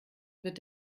wird